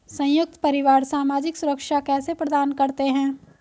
संयुक्त परिवार सामाजिक सुरक्षा कैसे प्रदान करते हैं?